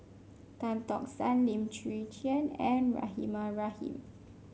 Tan Tock San Lim Chwee Chian and Rahimah Rahim